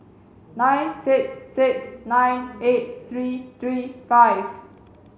nine six six nine eight three three five